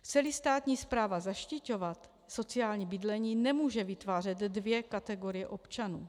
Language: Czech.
Chceli státní správa zaštiťovat sociální bydlení, nemůže vytvářet dvě kategorie občanů.